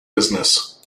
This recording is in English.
business